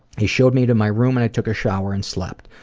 he showed me to my room and i took a shower and slept.